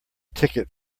ticket